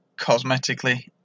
cosmetically